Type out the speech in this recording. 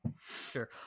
Sure